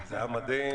זה היה מדהים.